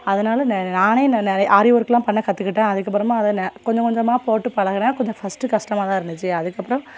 அதனால் ந நானே இன்னும் நெ ஆரி ஒர்க்லாம் பண்ண கற்றுக்கிட்டேன் அதுக்கப்பறமாக அதை ந கொஞ்ச கொஞ்சமாக போட்டு பழகிறேன் கொஞ்சம் ஃபர்ஸ்ட் கஷ்டமாக தான் இருந்துச்சு அதுக்கப்புறம்